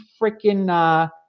freaking